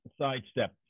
sidestep